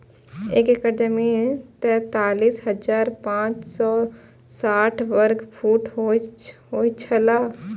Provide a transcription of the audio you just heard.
एक एकड़ जमीन तैंतालीस हजार पांच सौ साठ वर्ग फुट होय छला